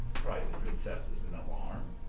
cried the prin cesses in alarm.